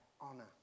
honor